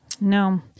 No